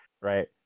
right